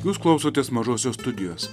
jūs klausotės mažosios studijos